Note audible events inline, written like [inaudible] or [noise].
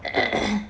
[coughs]